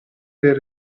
del